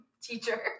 teacher